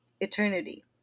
eternity